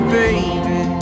baby